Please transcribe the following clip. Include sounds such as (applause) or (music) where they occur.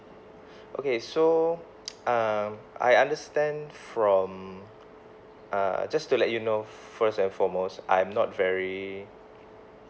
(breath) okay so uh I understand from uh just to let you know first and foremost I'm not very